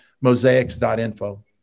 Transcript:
mosaics.info